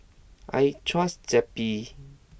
I trust Zappy